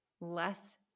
less